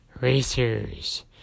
Racers